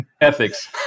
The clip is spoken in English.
Ethics